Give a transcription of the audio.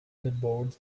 board